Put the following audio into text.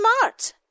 smart